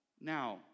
now